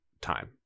time